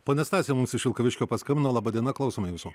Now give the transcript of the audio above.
ponia stasė mums iš vilkaviškio paskambino laba diena klausome jūsų